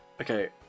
Okay